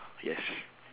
yes